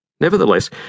Nevertheless